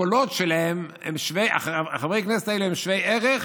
הקולות שלהם, חברי הכנסת הללו הם שווי ערך